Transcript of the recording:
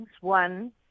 One